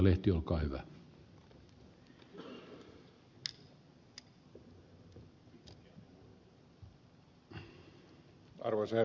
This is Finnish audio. arvoisa herra puhemies